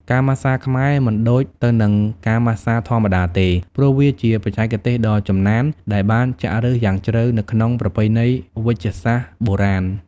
ការម៉ាស្សាខ្មែរមិនដូចទៅនឹងការម៉ាស្សាធម្មតាទេ ព្រោះវាជាបច្ចេកទេសដ៏ចំណានដែលបានចាក់ឫសយ៉ាងជ្រៅនៅក្នុងប្រពៃណីវេជ្ជសាស្ត្របុរាណ។